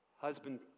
Husband